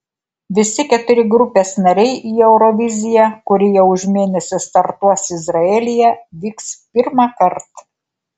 visi keturi grupės nariai į euroviziją kuri jau už mėnesio startuos izraelyje vyks pirmąkart